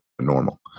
normal